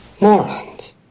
morons